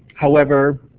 however,